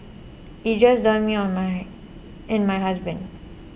it just dawned me on my and my husband